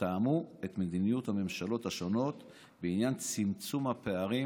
ותאמו את מדיניות הממשלות השונות בעניין צמצום הפערים